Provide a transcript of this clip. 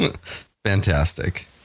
Fantastic